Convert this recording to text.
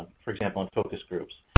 for example, in focus groups.